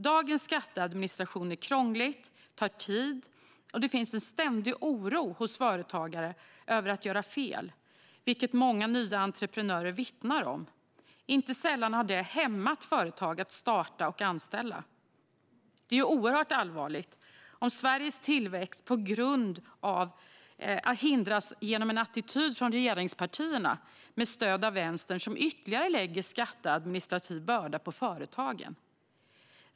Dagens skatteadministration är krånglig och tar tid, och det finns en ständig oro hos företagare över att göra fel, vilket många nya entreprenörer vittnar om. Inte sällan har detta hämmat företag att starta och anställa. Det är oerhört allvarligt om Sveriges tillväxt hindras av en attityd från regeringspartierna med stöd av Vänstern, som lägger ytterligare skatteadministrativ börda på företagen.